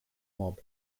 mob